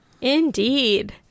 Indeed